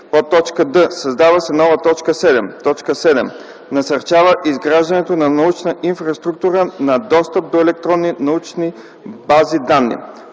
проекти”; д) създава се нова т. 7: „7. насърчава изграждането на научна инфраструктура, на достъп до електронни научни бази данни;”;